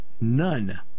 none